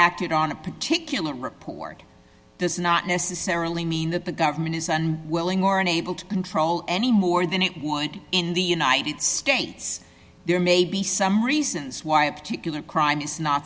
acted on a particular report this is not necessarily mean that the government isn't willing or unable to control any more than it would in the united states there may be some reasons why a particular crime is not